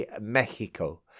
Mexico